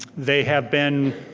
they have been,